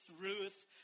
Ruth